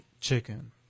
chicken